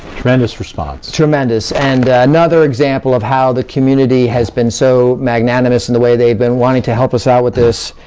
tremendous response. tremendous, and another example of how the community has been so magnanimous in the way they've been wanting to help us out with this.